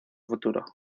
futuro